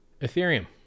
Ethereum